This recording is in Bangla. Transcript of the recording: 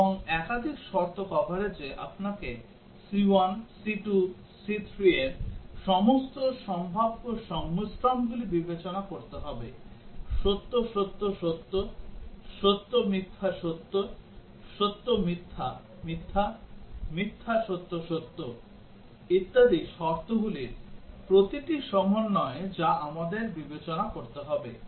এবং একাধিক শর্ত কভারেজেআপনাকে c1 c2 c3 এর সমস্ত সম্ভাব্য সংমিশ্রণগুলি বিবেচনা করতে হবে সত্য সত্য সত্য সত্য মিথ্যা সত্য সত্য মিথ্যা মিথ্যা মিথ্যা সত্য সত্য ইত্যাদি শর্তগুলির প্রতিটি সমন্বয় যা আমাদের বিবেচনা করতে হবে